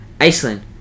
Iceland